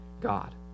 God